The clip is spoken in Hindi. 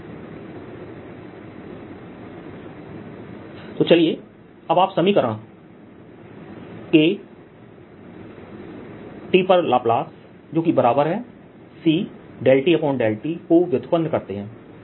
1AdQdt KdTdx 3Djr kT j ∂ρ∂t kT C∂T∂t k2TC∂T∂t तो चलिए अब आप समीकरण K T पर लाप्लास जोकि बराबर है C∂T∂t को व्युत्पन्न करते है